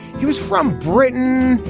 he was from britain.